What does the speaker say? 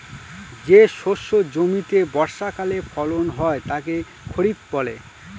যে শস্য জমিতে বর্ষাকালে ফলন হয় তাকে খরিফ বলে